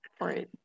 Right